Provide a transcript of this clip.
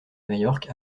majorque